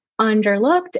underlooked